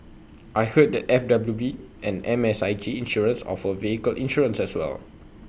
I heard that F W D and M S I G insurance offer vehicle insurance as well